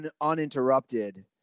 uninterrupted